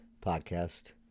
Podcast